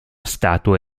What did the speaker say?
statua